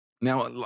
Now